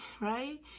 right